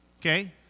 okay